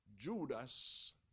Judas